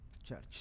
church